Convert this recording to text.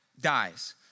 dies